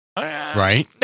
Right